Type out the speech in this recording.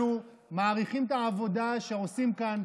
אנחנו מעריכים את העבודה שעושים כאן,